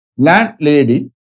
Landlady